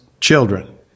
children